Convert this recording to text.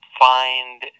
find